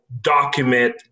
document